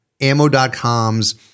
Ammo.com's